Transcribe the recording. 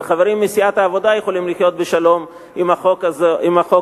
וחברים מסיעת העבודה יכולים לחיות בשלום עם החוק הזה,